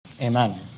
Amen